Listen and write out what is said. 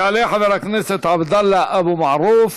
יעלה חבר הכנסת עבדאללה אבו מערוף,